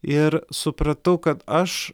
ir supratau kad aš